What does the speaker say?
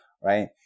right